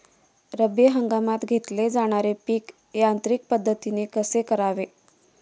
रब्बी हंगामात घेतले जाणारे पीक यांत्रिक पद्धतीने कसे करावे?